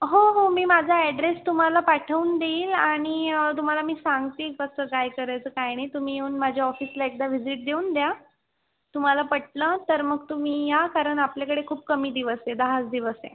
हो हो मी माझा ॲड्रेस तुम्हाला पाठवून देईल आणि तुम्हाला मी सांगते कसं काय करायचं काय नाही तुम्ही येऊन माझ्या ऑफिसला एकदा व्हिजीट देऊन द्या तुम्हाला पटलं तर मग तुम्ही या कारण आपल्याकडे खूप कमी दिवस आहे दहाच दिवस आहे